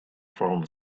from